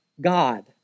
God